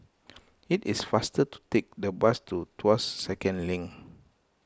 it is faster to take the bus to Tuas Second Link